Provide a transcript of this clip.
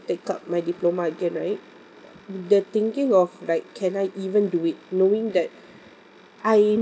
take up my diploma again right the thinking of like can I even do it knowing that I